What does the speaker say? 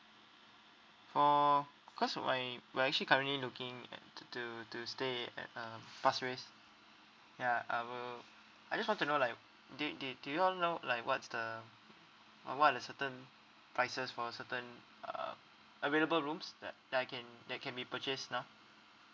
for cause my we're actually currently looking at t~ to to stay at uh pasir ris ya I will I just want to know like do do do you all know like what's the uh what are the certain prices for a certain uh available rooms that that I can that can be purchased now